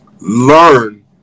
Learn